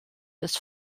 des